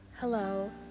Hello